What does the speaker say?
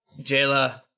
Jayla